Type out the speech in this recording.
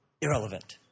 irrelevant